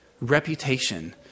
reputation